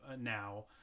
now